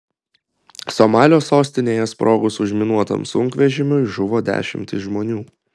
somalio sostinėje sprogus užminuotam sunkvežimiui žuvo dešimtys žmonių